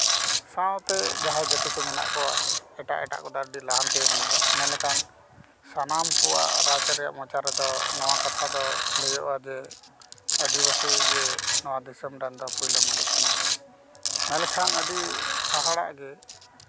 ᱥᱟᱶᱛᱮ ᱡᱟᱦᱟᱸᱭ ᱡᱟᱹᱛᱤ ᱠᱚ ᱢᱮᱱᱟᱜ ᱠᱚᱣᱟ ᱮᱴᱟᱜ ᱮᱴᱟᱜ ᱠᱚᱫᱚ ᱟᱹᱰᱤ ᱞᱟᱦᱟᱱᱛᱤ ᱠᱟᱱᱟ ᱠᱚ ᱢᱮᱱᱞᱮᱠᱷᱟᱱ ᱥᱟᱱᱟᱢ ᱠᱚᱣᱟᱜ ᱨᱟᱡᱽ ᱟᱹᱨᱤ ᱢᱚᱪᱟ ᱨᱮᱫᱚ ᱱᱚᱣᱟ ᱠᱟᱛᱷᱟ ᱫᱚ ᱞᱟᱹᱭᱟᱹᱜᱼᱟ ᱡᱮ ᱟᱹᱫᱤᱵᱟᱹᱥᱤ ᱜᱮ ᱱᱚᱣᱟ ᱫᱤᱥᱚᱢ ᱨᱮᱱ ᱫᱚ ᱯᱳᱭᱞᱳ ᱢᱟᱹᱞᱤᱠ ᱠᱟᱱᱟ ᱠᱚ ᱢᱮᱱ ᱞᱮᱠᱷᱟᱱ ᱟᱹᱰᱤ ᱦᱟᱦᱟᱲᱟᱜ ᱜᱮ